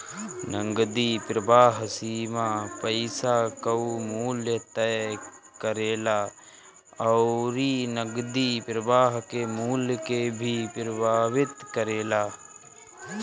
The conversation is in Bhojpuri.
नगदी प्रवाह सीमा पईसा कअ मूल्य तय करेला अउरी नगदी प्रवाह के मूल्य के भी प्रभावित करेला